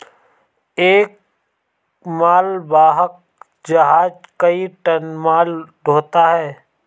एक मालवाहक जहाज कई टन माल ढ़ोता है